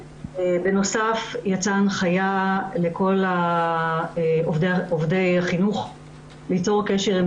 בנוסף, יצאה הנחיה לכל עובדי החינוך ליצור קשר עם